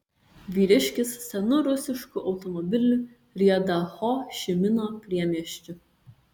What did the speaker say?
vyriškis senu rusišku automobiliu rieda ho ši mino priemiesčiu